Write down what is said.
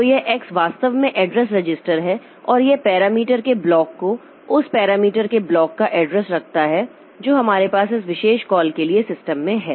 तो यह एक्स वास्तव में एड्रेस रजिस्टर है और यह पैरामीटर के ब्लॉक को उस पैरामीटर के ब्लॉक का एड्रेस रखता है जो हमारे पास इस विशेष कॉल के लिए सिस्टम में है